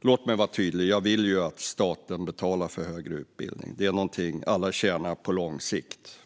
Låt mig vara tydlig. Jag vill att staten betalar för högre utbildning. Alla tjänar på det på lång sikt.